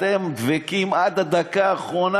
אתם דבקים עד הדקה האחרונה,